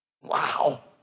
Wow